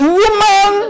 woman